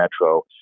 Metro